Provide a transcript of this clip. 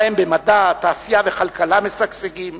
ובהם מדע, תעשייה וכלכלה משגשגים,